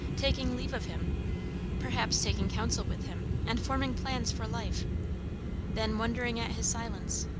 taking leave of him perhaps taking counsel with him, and forming plans for life then wondering at his silence,